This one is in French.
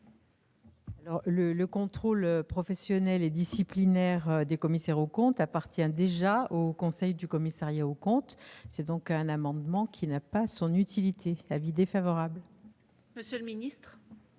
Le contrôle professionnel et disciplinaire des commissaires aux comptes appartient déjà au Haut conseil du commissariat aux comptes. Cet amendement n'a donc pas d'utilité. Avis défavorable. Quel est